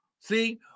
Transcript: See